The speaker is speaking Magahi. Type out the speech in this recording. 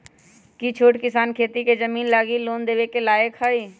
कि छोट किसान खेती के जमीन लागी लोन लेवे के लायक हई?